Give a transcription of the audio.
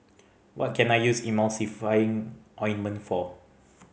what can I use Emulsying Ointment for